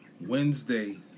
Wednesday